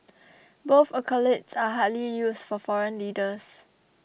both accolades are hardly used for foreign leaders